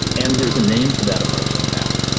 and there's a name to that emotion now.